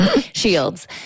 shields